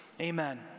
Amen